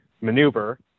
maneuver